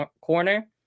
corner